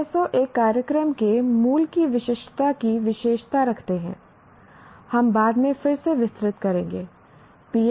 PSOs एक कार्यक्रम के मूल की विशिष्टता की विशेषता रखते हैं हम बाद में फिर से विस्तृत करेंगे